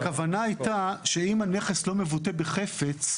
הכוונה הייתה שאם הנכס לא מבוטא בחפץ,